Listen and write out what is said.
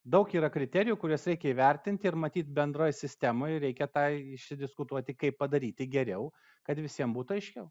daug yra kriterijų kuriuos reikia įvertinti ir matyt bendroj sistemoj reikia tai išsidiskutuoti kaip padaryti geriau kad visiem būtų aiškiau